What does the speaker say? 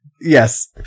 Yes